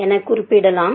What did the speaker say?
எனக் குறிப்பிடலாம்